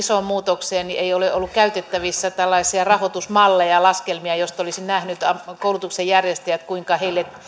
tähän isoon muutokseen ei ole ollut käytettävissä tällaisia rahoitusmalleja ja laskelmia joista koulutuksen järjestäjät olisivat nähneet kuinka heille